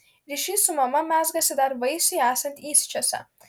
ryšys su mama mezgasi dar vaisiui esant įsčiose